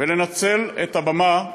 ולנצל את הבמה,